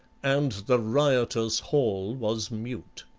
and the riotous hall was mute.